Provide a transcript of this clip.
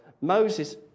Moses